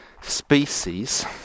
species